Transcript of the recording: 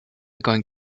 going